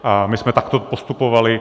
A my jsme takto postupovali.